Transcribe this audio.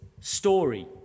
Story